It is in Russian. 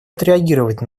отреагировать